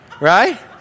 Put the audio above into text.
Right